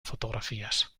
fotografías